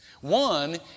One